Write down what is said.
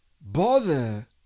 Bother